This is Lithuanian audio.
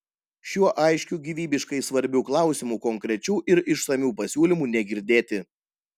šiuo aiškiu gyvybiškai svarbiu klausimu konkrečių ir išsamių pasiūlymų negirdėti